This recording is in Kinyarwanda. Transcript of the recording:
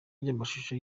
ry’amashusho